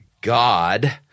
God